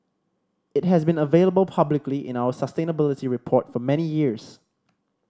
it has been available publicly in our sustainability report for many years